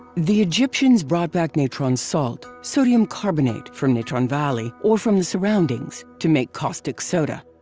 the egyptians brought back natron salt, sodium carbonate, from natron valley or from the surroundings to make caustic soda.